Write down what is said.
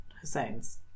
hussein's